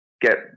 get